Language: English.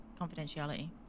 confidentiality